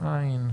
אין.